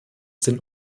den